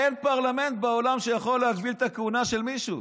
אין פרלמנט בעולם שיכול להגביל את הכהונה של מישהו.